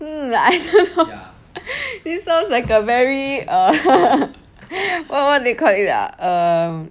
hmm this sounds like a very err what what do they called it ah um